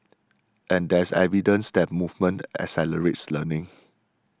and there's evidence that movement accelerates learning